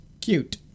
cute